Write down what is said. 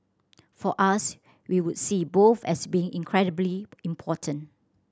for us we would see both as being incredibly important